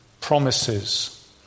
promises